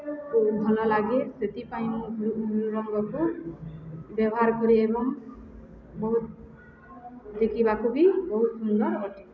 ବହୁତ ଭଲଲାଗେ ସେଥିପାଇଁ ମୁଁ ରଙ୍ଗକୁ ବ୍ୟବହାର କରେ ଏବଂ ବହୁତ ଦେଖିବାକୁ ବି ବହୁତ ସୁନ୍ଦର ଅଟେ